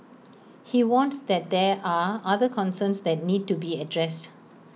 he warned that there are other concerns that need to be addressed